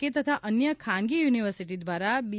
કે તથા અન્ય ખાનગી યુનિવર્સિટી દ્વારા બી